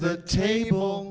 the table